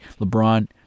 LeBron